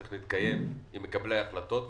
הוא צריך להתקיים עם מקבלי ההחלטות.